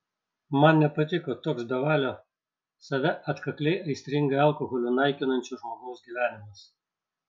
man nepatiko toks bevalio save atkakliai aistringai alkoholiu naikinančio žmogaus gyvenimas